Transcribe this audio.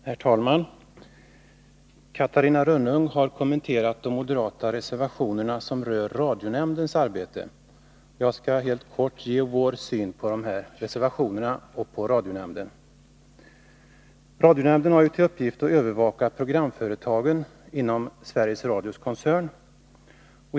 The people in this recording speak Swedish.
Herr talman! Catarina Rönnung har kommenterat de moderata reservationer som rör radionämndens arbete. Jag skall helt kort ge vår syn på dessa reservationer och på radionämnden. Radionämnden har till uppgift att övervaka programföretagen inom Sveriges Radio-koncernen.